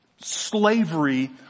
slavery